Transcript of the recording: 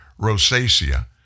rosacea